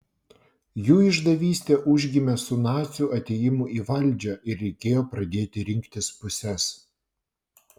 jų išdavystė užgimė su nacių atėjimu į valdžią ir reikėjo pradėti rinktis puses